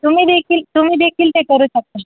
तुम्हीदेखील तुम्हीदेखील ते करू शकता